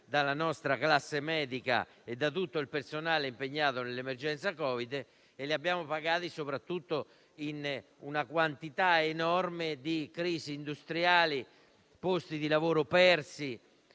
dalla nostra classe medica e da tutto il personale impegnato nell'emergenza Covid. Li abbiamo pagati, soprattutto, con una quantità enorme di crisi industriali, di posti di lavoro persi